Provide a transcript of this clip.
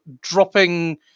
dropping